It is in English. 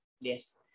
Yes